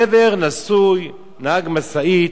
גבר נשוי, נהג משאית.